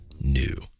new